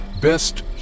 Best